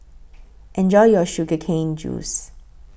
Enjoy your Sugar Cane Juice